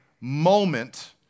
moment